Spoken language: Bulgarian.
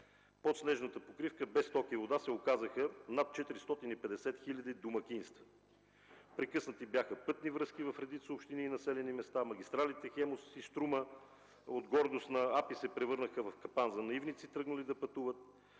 Под снежната покривка без ток и вода се оказаха над 450 хил. домакинства. Прекъснати бяха пътни връзки в редица общини и населени места, магистралите „Хемус” и „Струма” от гордост на Агенцията за пътна инфраструктура се превърнаха в капан за наивници, тръгнали да пътуват.